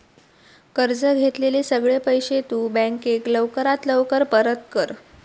कर्ज घेतलेले सगळे पैशे तु बँकेक लवकरात लवकर परत कर